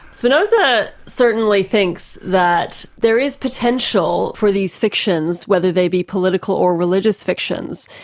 spinoza certainly thinks that there is potential for these fictions, whether they be political or religious fictions,